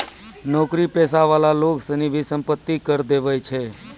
नौकरी पेशा वाला लोग सनी भी सम्पत्ति कर देवै छै